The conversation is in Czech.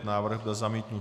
Návrh byl zamítnut.